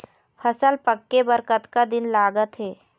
फसल पक्के बर कतना दिन लागत हे?